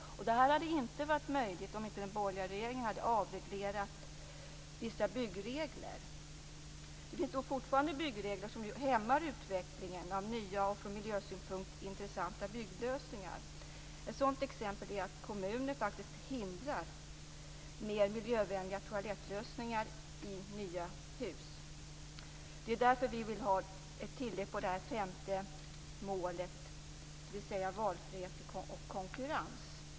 Det hade inte varit möjligt om inte den borgerliga regeringen hade låtit avreglera vissa byggregler. Det finns fortfarande byggregler som hämmar utvecklingen av nya och från miljösynpunkt intressanta bygglösningar. Ett sådant exempel är att kommuner hindrar mer miljövänliga toalettlösningar i nya hus. Det är därför vi vill ha ett femte mål, dvs. valfrihet i konkurrens.